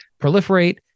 proliferate